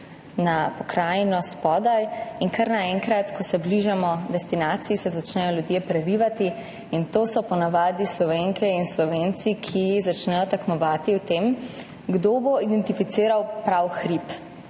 na pokrajino spodaj, in kar naenkrat, ko se bližamo destinaciji, se začnejo ljudje prerivati, in to so po navadi Slovenke in Slovenci, ki začnejo tekmovati v tem, kdo bo identificiral pravi hrib.